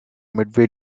midway